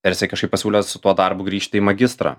ir jisai kažkaip pasiūlė su tuo darbu grįžti į magistrą